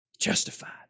Justified